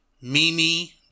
Mimi